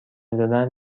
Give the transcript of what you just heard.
میزدن